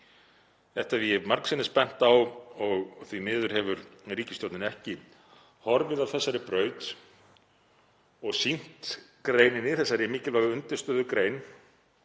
Þetta hef ég margsinnis bent á og því miður hefur ríkisstjórnin ekki horfið af þessari braut og sýnt greininni, þessari mikilvægu undirstöðugrein